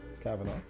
kavanaugh